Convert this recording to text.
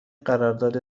قرارداد